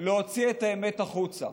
להוציא את האמת החוצה.